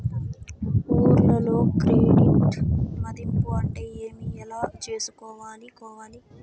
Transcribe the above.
ఊర్లలో క్రెడిట్ మధింపు అంటే ఏమి? ఎలా చేసుకోవాలి కోవాలి?